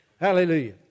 Hallelujah